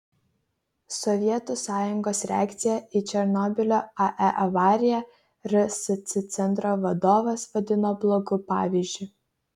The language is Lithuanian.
sovietų sąjungos reakciją į černobylio ae avariją rsc centro vadovas vadino blogu pavyzdžiu